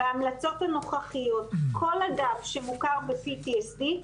בהמלצות הנוכחיות כל אדם שמוכר ל-PTSD,